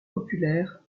populaire